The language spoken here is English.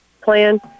plan